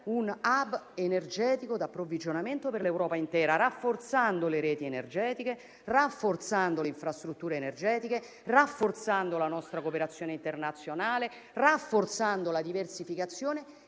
un *hub* energetico di approvvigionamento per l'Europa intera, rafforzando le reti e le infrastrutture energetiche, rafforzando la nostra cooperazione internazionale e la diversificazione.